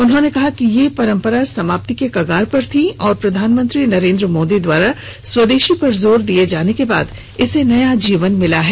उन्होंने कहा कि यह परम्परा समाप्ति के कगार पर थी और प्रधानमंत्री नरेन्द्र मोदी द्वारा स्वदेशी पर जोर दिए जाने के बाद इसे नया जीवन मिला है